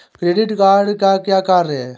Credit card का क्या कार्य है?